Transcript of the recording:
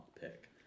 pick